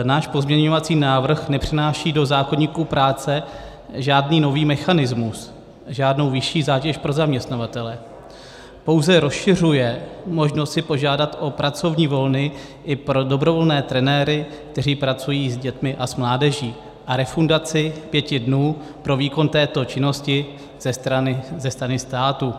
Náš pozměňovací návrh nepřináší do zákoníku práce žádný nový mechanismus, žádnou vyšší zátěž pro zaměstnavatele, pouze rozšiřuje možnost si požádat o pracovní volno i pro dobrovolné trenéry, kteří pracují s dětmi a s mládeží, a refundaci pěti dnů pro výkon této činnosti ze strany státu.